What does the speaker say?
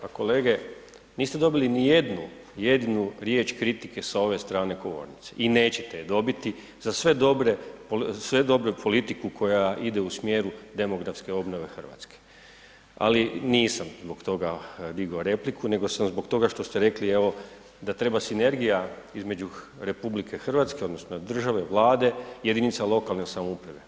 Pa kolege, niste dobili nijednu jedinu riječ kritike sa ove strane govornice i nećete je dobiti za sve dobre, sve dobru politiku koja ide u smjeru demografske obnove RH, ali nisam zbog toga digo repliku, nego samo zbog toga što ste rekli evo da treba sinergija između RH odnosno države, Vlade, jedinica lokalne samouprave.